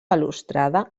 balustrada